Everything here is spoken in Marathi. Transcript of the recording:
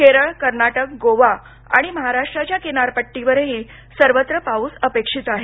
केरळ कर्नाटक गोवा आणि महाराष्ट्राच्या किनारपट्टीवरही सर्वत्र पाऊस अपेक्षित आहे